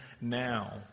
now